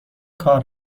کار